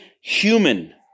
human